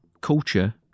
culture